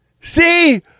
See